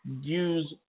use